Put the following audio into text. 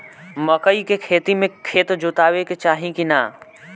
मकई के खेती मे खेत जोतावे के चाही किना?